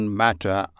matter